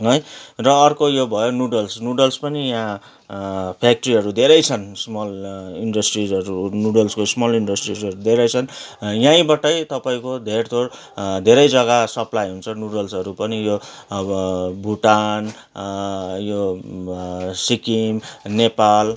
है र अर्को यो भयो नुडल्स नुडल्स पनि यहाँ फ्याक्ट्रीहरू धेरै छन् स्मल इन्डस्ट्रीजहरू नुडल्सको स्मल इन्डस्ट्रीजहरू धेरै छन् यहीँबाटै तपाईँको धेरथोर धेरै जग्गा सप्लाई हुन्छ नुडल्सहरू पनि यो अब भुटान यो सिक्किम नेपाल